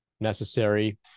necessary